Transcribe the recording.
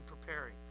preparing